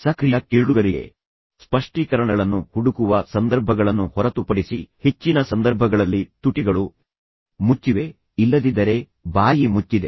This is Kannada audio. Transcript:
ಸಕ್ರಿಯ ಕೇಳುಗರಿಗೆ ಸ್ಪಷ್ಟೀಕರಣಗಳನ್ನು ಹುಡುಕುವ ಸಂದರ್ಭಗಳನ್ನು ಹೊರತುಪಡಿಸಿ ಹೆಚ್ಚಿನ ಸಂದರ್ಭಗಳಲ್ಲಿ ತುಟಿಗಳು ಮುಚ್ಚಿವೆ ಇಲ್ಲದಿದ್ದರೆ ಬಾಯಿ ಮುಚ್ಚಿದೆ